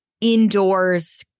indoors